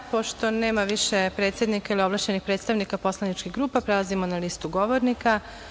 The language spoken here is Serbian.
Pošto nema više predsednika, odnosno ovlašćenih predstavnika poslaničkih grupa, prelazimo na listu govornika.